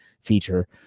feature